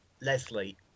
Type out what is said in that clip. leslie